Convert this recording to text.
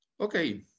Okay